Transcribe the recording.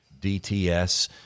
dts